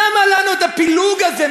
למה לנו הפילוג הזה?